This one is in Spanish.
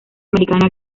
americana